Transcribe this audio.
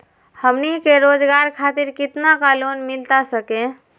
हमनी के रोगजागर खातिर कितना का लोन मिलता सके?